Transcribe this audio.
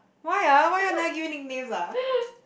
why ah why you all never give me nicknames ah